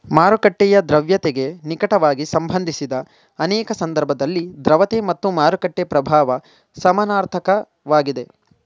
ಮಾರುಕಟ್ಟೆಯ ದ್ರವ್ಯತೆಗೆ ನಿಕಟವಾಗಿ ಸಂಬಂಧಿಸಿದ ಅನೇಕ ಸಂದರ್ಭದಲ್ಲಿ ದ್ರವತೆ ಮತ್ತು ಮಾರುಕಟ್ಟೆ ಪ್ರಭಾವ ಸಮನಾರ್ಥಕ ವಾಗಿದೆ